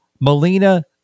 Melina